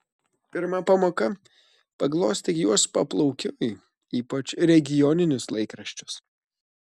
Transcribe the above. pirma pamoka paglostyk juos paplaukiui ypač regioninius laikraščius